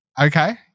okay